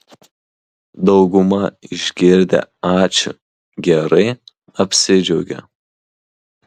dauguma išgirdę ačiū gerai apsidžiaugia